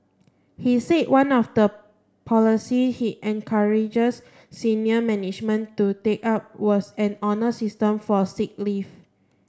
he said one of the policies he encouraged senior management to take up was an honour system for sick leave